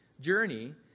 journey